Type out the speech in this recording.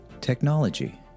technology